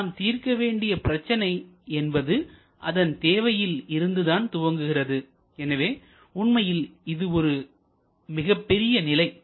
நாம் தீர்க்க வேண்டிய பிரச்சினை என்பது அதன் தேவையில் இருந்துதான் துவங்குகிறது எனவே உண்மையில் இது ஒரு மிகப்பெரிய நிலை